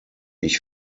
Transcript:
ich